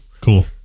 cool